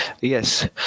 yes